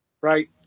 right